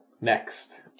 Next